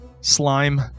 Slime